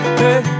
hey